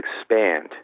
expand